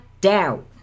doubt